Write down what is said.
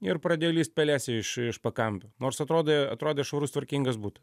ir pradėjo lįst pelėsiai iš iš pakampių nors atrodė atrodė švarus tvarkingas butas